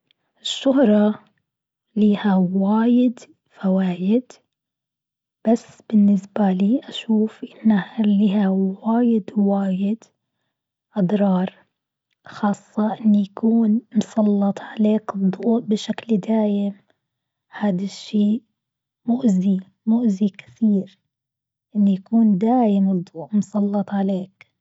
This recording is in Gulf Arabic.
الشهرة لها واجد فوايد، بس بالنسبة لي أشوف إنها لها واجد واجد أضرار، خاصة أنه يكون مسلط عليكم ضوء بشكل دايم، هاد الشيء مؤذي مؤذي كثير أن يكون دايم الضوء مسلط عليك.